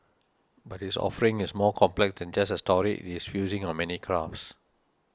but his offering is more complex than just a story it is fusing of many crafts